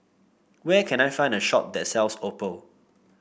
where can I find a shop that sells Oppo